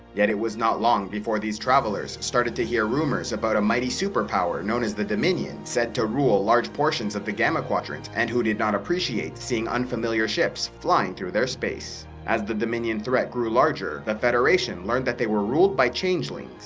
yet it was not long before these travellers started to hear rumors about a mighty superpower known as the dominion, said to rule large portions of the gamma quadrant and who did not appreciate seeing unfamiliar ships flying through their space. as the dominion threat grew larger, the ah federation learned that they were ruled by changeling,